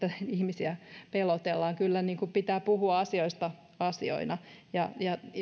ihmisiä pelotellaan kyllä pitää puhua asioista asioina ja